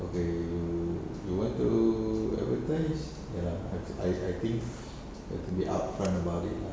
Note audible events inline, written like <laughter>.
okay you you want to advertise ya I I I think <breath> I have to be upfront about it lah